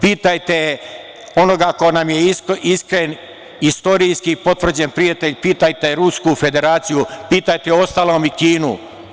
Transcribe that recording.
Pitajte onoga ko nam je iskren istorijski potvrđen prijatelj, pitajte Rusku Federaciju, pitajte uostalom i Kinu.